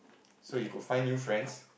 so he could find new friends